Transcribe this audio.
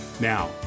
Now